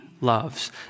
loves